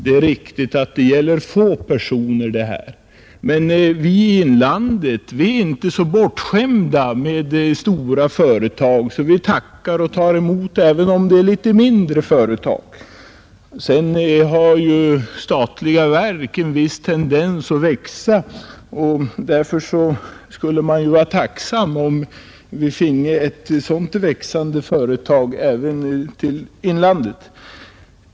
Det är riktigt att det här gäller få personer, men vi i inlandet är inte bortskämda med stora företag, så vi tackar och tar emot också ifall vi skulle erbjudas litet mindre företag. Därtill kommer att statliga verk har en viss tendens att växa. Därför skulle man vara tacksam om vi finge ett sådant växande företag även i inlandet.